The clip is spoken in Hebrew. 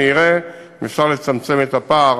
אני אראה אם אפשר לצמצם את הפער